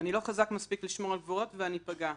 אני לא חזק מספיק לשמור על גבולות ואני אפגע.